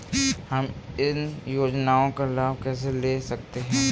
हम इन योजनाओं का लाभ कैसे ले सकते हैं?